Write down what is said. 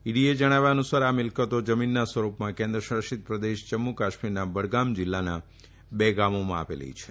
ઇડીએ જણાવ્યા અનુસાર આ મિલકતો જમીનના સ્વરૂપમાં કેન્દ્ર શાસિત પ્રદેશ જમ્મુ કાશ્મીરના બડગામ જીલ્લાના બે ગામોમાં આવેલી છે